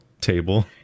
table